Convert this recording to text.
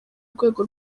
rwego